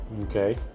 Okay